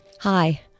Hi